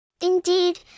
Indeed